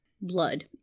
Blood